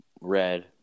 red